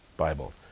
Bible